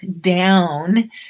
down